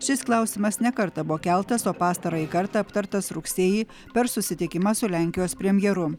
šis klausimas ne kartą buvo keltas o pastarąjį kartą aptartas rugsėjį per susitikimą su lenkijos premjeru